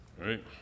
right